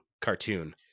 cartoon